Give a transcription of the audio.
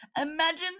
Imagine